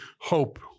hope